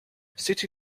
city